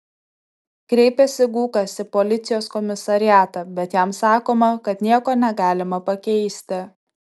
kreipiasi gūkas į policijos komisariatą bet jam sakoma kad nieko negalima pakeisti